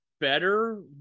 better